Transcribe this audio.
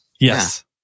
Yes